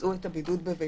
ביצעו את הבידוד בביתם.